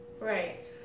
Right